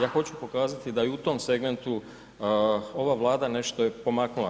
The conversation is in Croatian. Ja hoću pokazati da i u tom segmentu ova Vlada nešto je pomaknula.